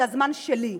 זה הזמן שלי.